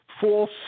false